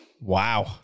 wow